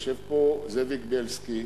יושב פה זאביק בילסקי,